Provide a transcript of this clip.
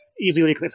easily